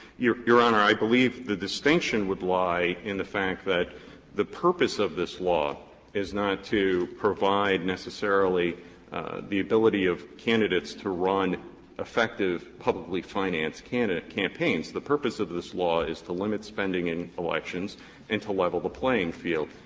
your your honor, i believe the distinction would lie in the fact that the purpose of this law is not to provide necessarily the ability of candidates to run effective publicly financed campaigns. the purpose of this law is to limit spending in elections and to level the playing field.